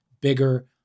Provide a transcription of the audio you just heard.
bigger